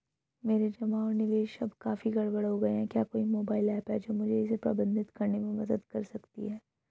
मेरे जमा और निवेश अब काफी गड़बड़ हो गए हैं क्या कोई मोबाइल ऐप है जो मुझे इसे प्रबंधित करने में मदद कर सकती है?